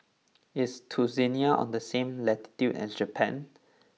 is Tunisia on the same latitude as Japan